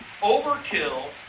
Overkill